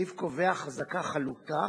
ישיב לך שר המשפטים